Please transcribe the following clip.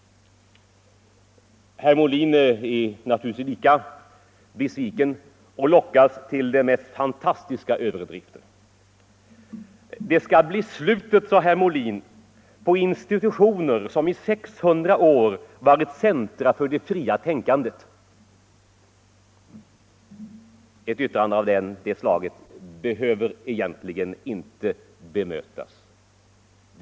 Herr Molin är givetvis lika besviken, och han lockades till de mest fantastiska överdrifter. Det skall bli slutet för institutioner som i 600 år har varit centra för det fria tänkandet, sade herr Molin. Ett yttrande av det slaget behöver egentligen inte bemötas.